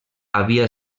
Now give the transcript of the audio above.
havia